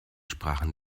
sprachen